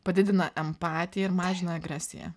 padidina empatiją ir mažina agresiją